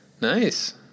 Nice